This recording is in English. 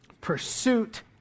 pursuit